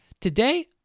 today